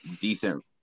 decent